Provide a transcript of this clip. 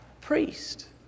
priest